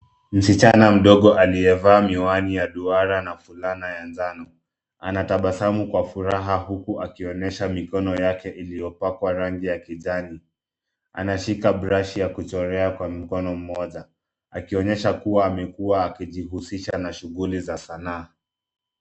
Msichana mdogo aliyevaa miwani ya duara na fulana ya njano anatabasamu kwa furaha huku akionyesha mikono yake iliyopakwa rangi ya kijani. Anashika brashi ya kuchorea kwa mkono mmoja. Akionyesha kuwa amekuwa akijihusisha na shughuli za sanaa.